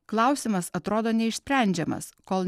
klausimas atrodo neišsprendžiamas kol